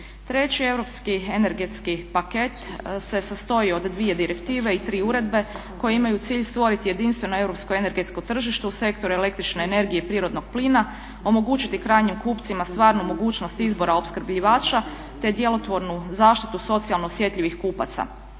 Treći europski energetski paket se sastoji od dvije direktive i tri uredbe koje imaju cilj stvoriti jedinstveno europsko energetsko tržište u Sektor električne energije i prirodnog plina, omogućiti krajnjim kupcima stvarnu mogućnost izbora opskrbljivača, te djelotvornu zaštitu socijalno osjetljivih kupaca.